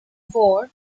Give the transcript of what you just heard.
four